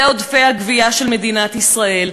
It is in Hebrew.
אלה עודפי הגבייה של מדינת ישראל.